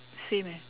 same eh